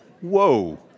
Whoa